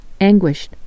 anguished